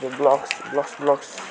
blogs blogs blogs